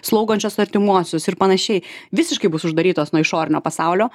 slaugančios artimuosius ir panašiai visiškai bus uždarytos nuo išorinio pasaulio